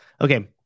Okay